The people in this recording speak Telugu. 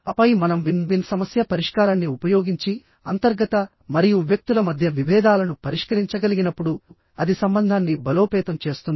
ఆపై మనం విన్ విన్ సమస్య పరిష్కారాన్ని ఉపయోగించి అంతర్గత మరియు వ్యక్తుల మధ్య విభేదాలను పరిష్కరించగలిగినప్పుడు అది సంబంధాన్ని బలోపేతం చేస్తుంది